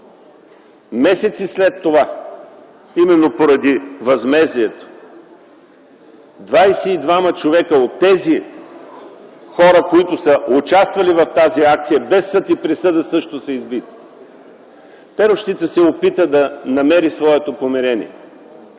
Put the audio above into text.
Месеци след това именно поради възмездието 22-ма човека от хората, които са участвали в тази акция, без съд и присъда също са избити! Перущица се опита да намери своето помирение.